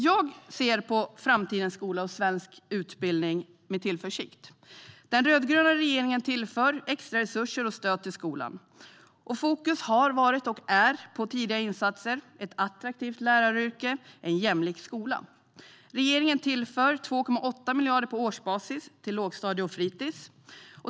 Jag ser med tillförsikt på framtidens skola och svensk utbildning. Den rödgröna regeringen tillför extra resurser och stöd till skolan. Fokus har vid tidigare insatser varit och är fortfarande ett attraktivt läraryrke och en jämlik skola. Regeringen tillför på årsbasis 2,8 miljarder till lågstadium och fritis.